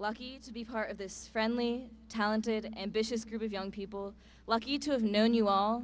lucky to be part of this friendly talented ambitious group of young people lucky to have known you all